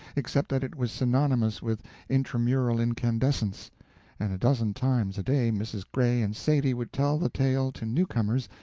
except that it was synonymous with intramural incandescence and a dozen times a day mrs. gray and sadie would tell the tale to new-comers,